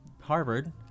Harvard